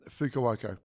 Fukuoka